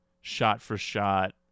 shot-for-shot